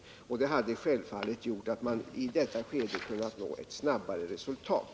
Det hade naturligtvis gjort att man i detta skede hade kunnat nå ett snabbare resultat.